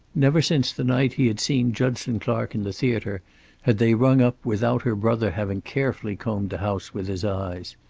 never since the night he had seen judson clark in the theater had they rung up without her brother having carefully combed the house with his eyes.